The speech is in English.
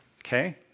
Okay